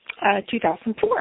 2004